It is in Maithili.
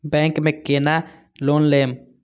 बैंक में केना लोन लेम?